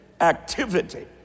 activity